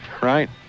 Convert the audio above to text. right